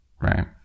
Right